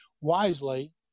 Wisely